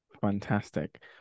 Fantastic